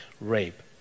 rape